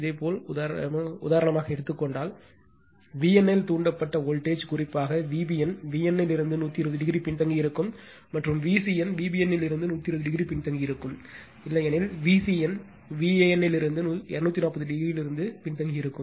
இதேபோல் உதாரணமாக எடுத்துக் கொண்டால் V n இல் தூண்டப்பட்ட வோல்டேஜ் குறிப்பாக Vbn V n இலிருந்து 120 o பின்தங்கியிருக்கும் மற்றும் Vcn Vbn இலிருந்து 120 o பின்தங்கியிருக்கும் இல்லையெனில் Vcn Van இலிருந்து 240 o இலிருந்து பின்தங்கியிருக்கும்